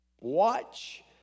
Watch